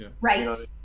Right